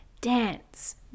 dance